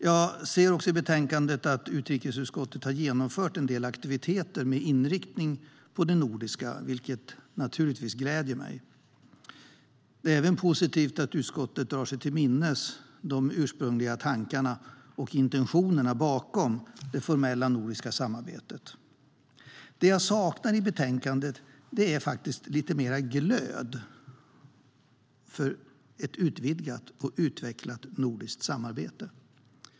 Jag ser i betänkandet att utrikesutskottet har genomfört en del aktiviteter med inriktning på det nordiska, vilket naturligtvis gläder mig. Det är även positivt att utskottet drar sig till minnes de ursprungliga tankarna och intentionerna bakom det formella nordiska samarbetet. Det jag saknar i betänkandet är lite mer glöd för ett utvidgat och utvecklat nordiskt samarbete.